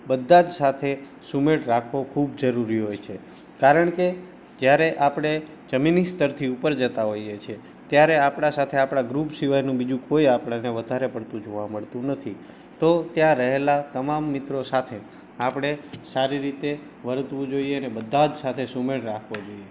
બધા જ સાથે સુમેળ રાખવો ખૂબ જરૂરી હોય છે કારણ કે ત્યારે આપણે જમીની સ્તરથી ઉપર જતા હોઈએ છીએ ત્યારે આપણાં સાથે આપણાં ગ્રૂપ સિવાયનું બીજું કોઈ આપણને વધારે પડતું જોવા મળતું નથી તો ત્યાં રહેલા તમામ મિત્રો સાથે આપણે સારી રીતે વર્તવું જોઈએ અને બધા જ સાથે સુમેળ રાખવો જોઈએ